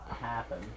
happen